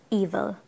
evil